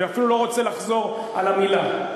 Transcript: אני אפילו לא רוצה לחזור על המילה.